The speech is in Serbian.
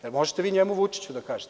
Jel možete vi njemu, Vučiću da kažete?